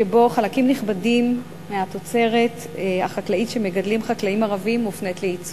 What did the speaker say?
שבו חלקים נכבדים מהתוצרת החקלאית שמגדלים חקלאים ערבים מופנים לייצוא.